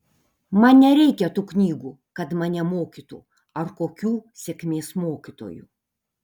man nereikia tų knygų kad mane mokytų ar kokių sėkmės mokytojų